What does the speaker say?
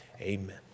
amen